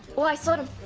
well i sort of